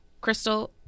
Crystal